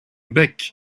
bec